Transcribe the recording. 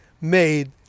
made